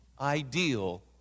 ideal